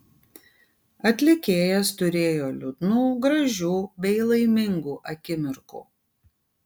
atlikėjas turėjo liūdnų gražių bei laimingų akimirkų